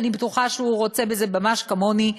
כי אני בטוחה שהוא רוצה בזה ממש כמוני,